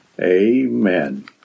Amen